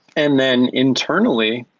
and then internally,